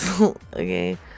Okay